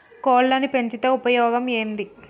కోళ్లని పెంచితే ఉపయోగం ఏంది?